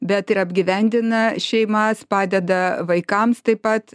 bet ir apgyvendina šeimas padeda vaikams taip pat